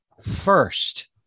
first